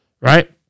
right